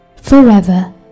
forever